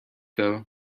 though